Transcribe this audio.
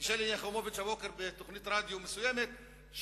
שלי יחימוביץ הבוקר בתוכנית רדיו מסוימת,